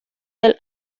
del